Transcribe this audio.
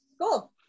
Cool